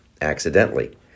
accidentally